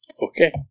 Okay